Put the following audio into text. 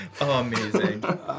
Amazing